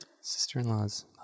Sister-in-law's